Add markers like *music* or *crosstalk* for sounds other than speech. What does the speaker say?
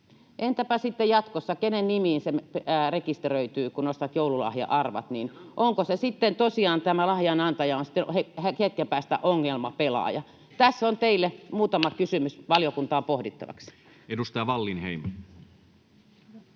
Entäpä sitten jatkossa: Kenen nimiin se rekisteröityy, kun ostat joululahja-arvat? Onko se sitten tosiaan niin, että lahjan antaja on sitten hetken päästä ongelmapelaaja? Tässä on teille muutama *noise* kysymys valiokuntaan pohdittavaksi. [Speech